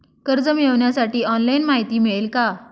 कर्ज मिळविण्यासाठी ऑनलाइन माहिती मिळेल का?